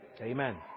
Amen